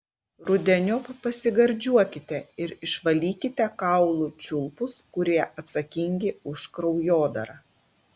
rudeniop pasigardžiuokite ir išvalykite kaulų čiulpus kurie atsakingi už kraujodarą